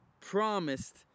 promised